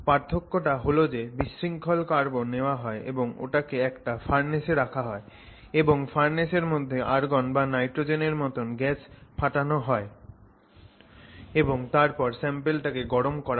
পার্থক্যটা হল যে একটা বিশৃঙ্খল কার্বন নেওয়া হয় এবং ওটাকে একটা ফার্নেসে রাখা হয় এবং ফার্নেসের মধ্যে আর্গন বা নাইট্রোযেন এর মতন গ্যাস পাঠানো হয় এবং তারপর স্যাম্পলটাকে গরম করা হয়